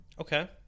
Okay